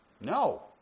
No